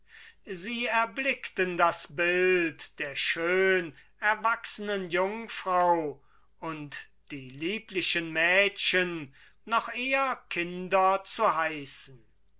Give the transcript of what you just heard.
sie erblickten das bild der schön erwachsenen jungfrau und die lieblichen mädchen noch eher kinder zu heißen